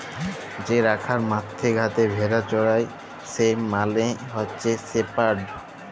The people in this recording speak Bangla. যে রাখাল মাঠে ঘাটে ভেড়া চরাই সে মালে হচ্যে শেপার্ড